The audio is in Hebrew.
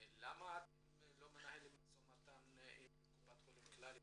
מדוע אתם לא מנהלים משא ומתו עם קופת חולים כללית,